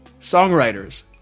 Songwriters